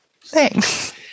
Thanks